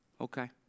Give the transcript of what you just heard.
okay